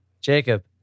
Jacob